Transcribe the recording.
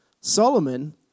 Solomon